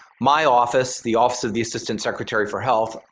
my office, the office of the assistant secretary for health,